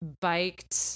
biked